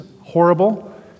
horrible